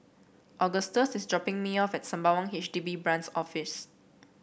Agustus is dropping me off at Sembawang H D B Branch Office